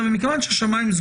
כי יש וריאנט.